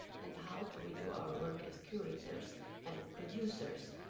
and how do we do our work as curators and producers.